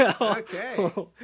Okay